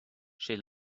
she